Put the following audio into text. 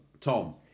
Tom